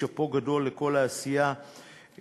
שאפו גדול על כל העשייה החברתית.